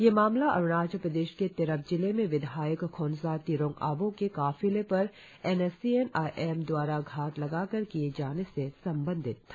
यह मामला अरुणाचल प्रदेश के तिरप जिले में विधायक खोंसा तिरोंग अबोह के काफिले पर एनएससीएन आईएम दवारा घात लगाकर किए हमले से संबंधित था